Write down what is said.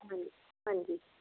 ਹਾਂਜੀ ਹਾਂਜੀ